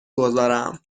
گذارم